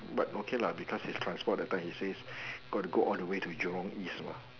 but okay lah because it's transport that time he says got to go all the way to Jurong East lah